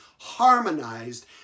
harmonized